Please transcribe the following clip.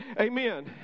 Amen